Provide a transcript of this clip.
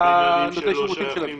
ובניינים שלא שייכים לקופות,